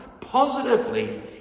positively